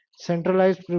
Centralized